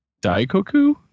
Daikoku